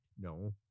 No